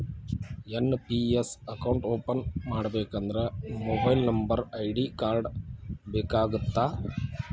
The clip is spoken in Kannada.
ಎನ್.ಪಿ.ಎಸ್ ಅಕೌಂಟ್ ಓಪನ್ ಮಾಡಬೇಕಂದ್ರ ಮೊಬೈಲ್ ನಂಬರ್ ಐ.ಡಿ ಕಾರ್ಡ್ ಬೇಕಾಗತ್ತಾ?